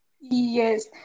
Yes